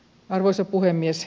arvoisa puhemies